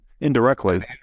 indirectly